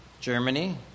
Germany